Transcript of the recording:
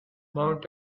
mount